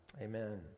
Amen